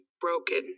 broken